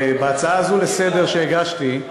בהצעה הזו לסדר-היום שהגשתי,